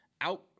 Out